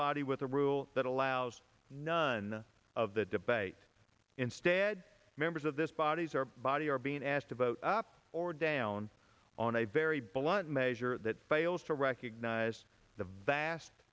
body with a rule that allows none of the debate instead members of this bodies or body are being asked to vote up or down on a very blunt measure that fails to recognize the vast